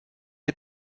les